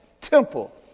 temple